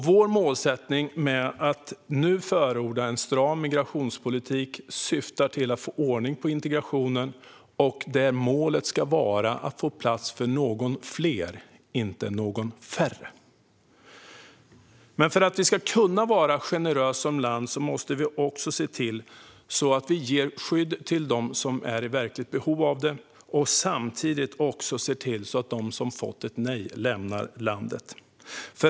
Vår målsättning med att nu förorda en stram migrationspolitik är att få ordning på integrationen och där målet ska vara att få plats för någon mer, inte mindre. För att vi ska kunna vara generöst som land måste vi ge skydd till dem som är i verkligt behov av det och samtidigt se till att de som fått ett nej lämnar landet.